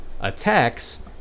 attacks